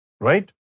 right